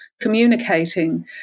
communicating